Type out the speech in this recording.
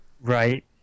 Right